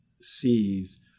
sees